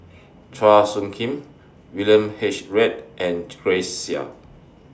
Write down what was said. Chua Soo Khim William H Read and Grace Chia